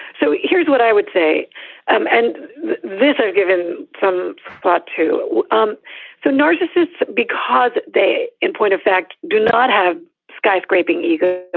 so here's what i would say um and this i've given some thought to um so narcissists because they, in point of fact, do not have skyscraping ego,